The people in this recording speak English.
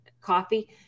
coffee